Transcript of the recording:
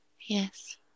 Yes